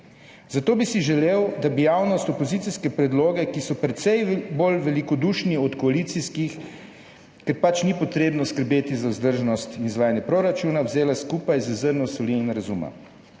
Zato bi si želel, da bi javnost opozicijske predloge, ki so precej bolj velikodušni od koalicijskih, ker pač ni potrebno skrbeti za vzdržnost in izvajanje proračuna, vzela skupaj z zrnom soli in razuma.